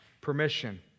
permission